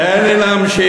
תן לי להמשיך.